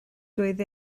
doedd